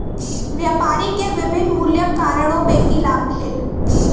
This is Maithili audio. व्यापारी के विभिन्न मूल्यक कारणेँ बेसी लाभ भेल